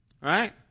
Right